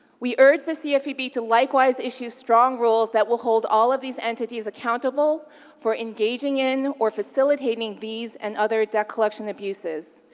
we urge the cfpb to likewise issue strong rules that will hold all of these entities accountable for engaging in or facilitating these and other debt collection abuses.